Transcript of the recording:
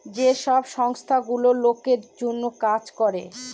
যে সব সংস্থা গুলো লোকের জন্য কাজ করে